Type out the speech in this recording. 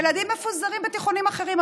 הילדים מפוזרים בתיכונים אחרים,